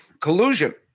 collusion